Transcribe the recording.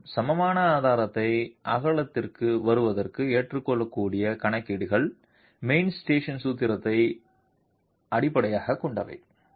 மேலும் சமமான ஆதாரத்தை அகலத்திற்கு வருவதற்கு ஏற்றுக்கொள்ளக்கூடிய கணக்கீடுகள் மெயின்ஸ்டோன் சூத்திரத்தை அடிப்படையாகக் கொண்டவை